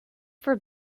for